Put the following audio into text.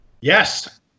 Yes